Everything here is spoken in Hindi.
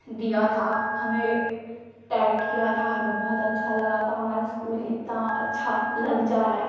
दिया था हमें टैग किया था हमें बहुत अच्छा लगा था हमारा स्कूल इतना अच्छा लग जा रहा है